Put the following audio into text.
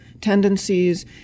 tendencies